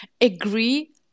agree